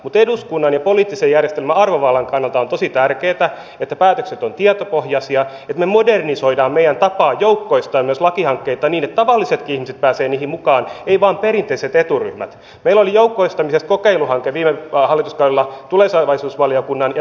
itse olen tehnyt lakialoitteen pari kuukautta sitten siitä että sen jälkeen kun on ollut kuukauden turvapaikanhakijana voisi jo hakea töihin työpaikkaan normaalisti töihin matkaan mutta tämä asia nyt näyttää siltä että se olisi jo toistakin kautta edistymässä ja menossa eteenpäin